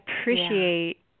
appreciate